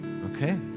Okay